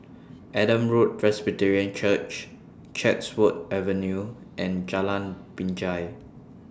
Adam Road Presbyterian Church Chatsworth Avenue and Jalan Binjai